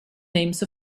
names